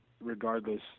Regardless